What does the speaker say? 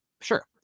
Sure